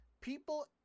People